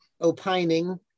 opining